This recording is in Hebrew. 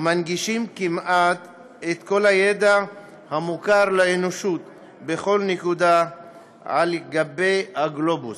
ומנגישים כמעט את כל הידע המוכר לאנושות לכל נקודה על גבי הגלובוס.